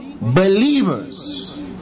believers